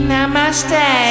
Namaste